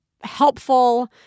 helpful